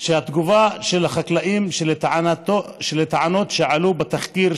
שהתגובה של החקלאים על הטענות שעלו בתחקיר,